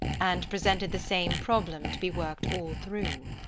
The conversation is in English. and presented the same problem to be worked all through,